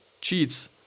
cheats